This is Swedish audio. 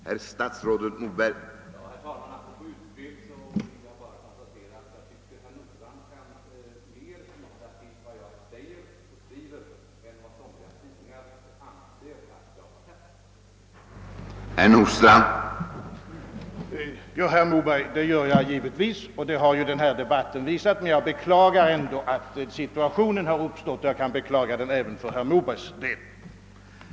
Herr talman! Det gör jag givetvis, herr Moberg, och det har ju denna debatt visat. Men jag beklagar ändå att denna situation uppstått, och jag kan beklaga det även för herr Mobergs del.